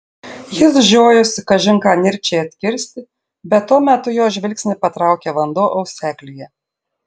jis žiojosi kažin ką nirčiai atkirsti bet tuo metu jo žvilgsnį patraukė vanduo auseklyje